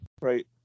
Right